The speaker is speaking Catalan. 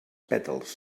pètals